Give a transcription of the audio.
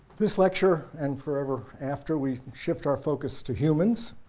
this lecture, and forever after, we shift our focus to humans,